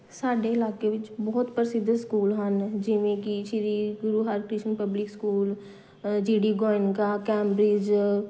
ਸਾਡੇ ਇਲਾਕੇ ਵਿੱਚ ਬਹੁਤ ਪ੍ਰਸਿੱਧ ਸਕੂਲ ਹਨ ਜਿਵੇਂ ਕਿ Shri Guru Harkrishan public school G D Goenka Cambridge